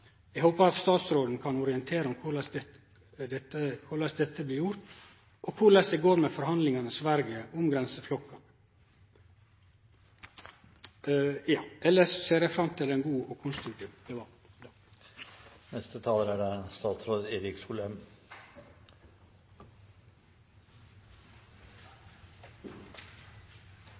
Eg håpar at statsråden kan orientere om korleis dette blir gjort, og korleis det går med forhandlingane med Sverige om grenseflokkane. Elles ser eg fram til ein god og konstruktiv debatt. La meg takke interpellanten for å ta opp et veldig viktig tema som det